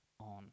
on